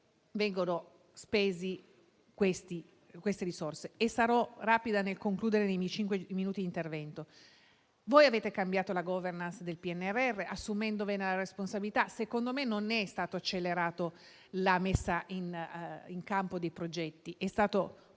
vengono spese le risorse. Sarò rapida nel concludere i miei cinque minuti di intervento. Voi avete cambiato la *governance* del PNRR, assumendovene la responsabilità. Secondo me, non è stata accelerata la messa in campo dei progetti, ma si è complicata